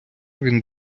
він